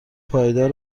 پایدار